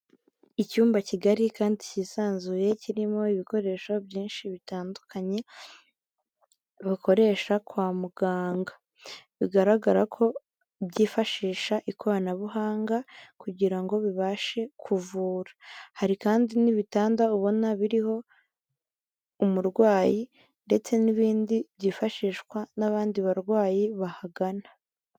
Icyumba kigari kandi kisanzuye, kirimo ibikoresho byinshi bitandukanye, bakoresha kwa muganga, bigaragara ko byifashisha ikoranabuhanga, kugira ngo bibashe kuvura, hari kandi n'ibitanda ubona biriho umurwayi, ndetse n'ibindi byifashishwa n'abandi barwayi bahagana.